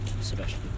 Sebastian